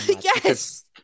Yes